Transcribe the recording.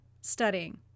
Studying